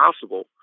possible